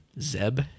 Zeb